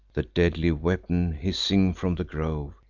the deadly weapon, hissing from the grove,